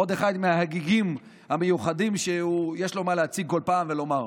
עוד אחד מההגיגים המיוחדים שיש לו להציג כל פעם ולומר.